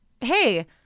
hey